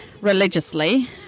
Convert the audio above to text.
religiously